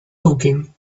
looking